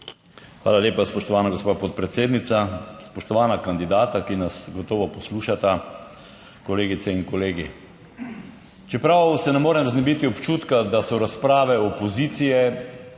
Hvala lepa. Spoštovana gospa podpredsednica, spoštovana kandidata, ki nas gotovo poslušata, kolegice in kolegi! Čeprav se ne morem znebiti občutka, da so razprave opozicije